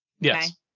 Yes